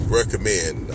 recommend